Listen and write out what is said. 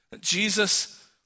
Jesus